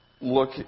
look